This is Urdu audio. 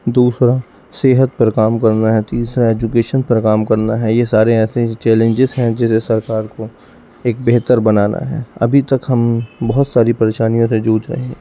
دوسرا صحت پر کام کرنا ہے تیسرا ایجوکیشن پر کام کرنا ہے یہ سارے ایسے چیلنجز ہیں جسے سرکار کو ایک بہتر بنانا ہے ابھی تک ہم بہت ساری پریشانیوں سے جوجھ رہے ہیں